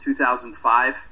2005